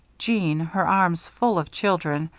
jeanne, her arms full of children,